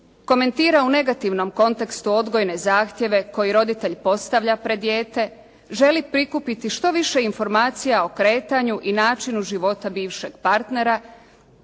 komentira u negativnom kontekstu odgojne zahtjeve koje roditelj postavlja pred dijete, želi prikupiti što više informacija o kretanju i načinu života bivšeg partnera